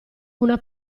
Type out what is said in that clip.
una